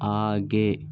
आगे